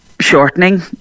shortening